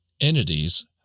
entities